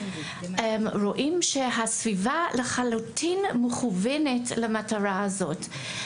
רואים שהסביבה לחלוטין מכוונת למטרה הזאת.